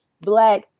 black